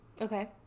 Okay